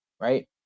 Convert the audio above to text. right